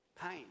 pain